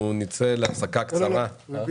אני רק